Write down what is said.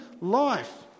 life